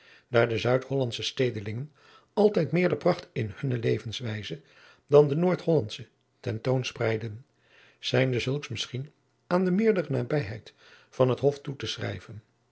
daar de zuidhollandsche stedelingen altijd meerder pracht in hunne levenswijze dan de noordhollandsche ten toon spreidden zijnde zulks misschien aan de meerdere nabijheid van het hof toe te schrijven